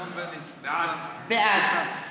בעד